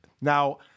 Now